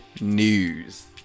news